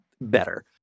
better